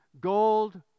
Gold